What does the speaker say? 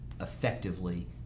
effectively